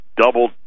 double